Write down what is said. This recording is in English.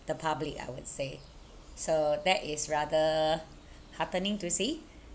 the public I would say so that is rather heartening to see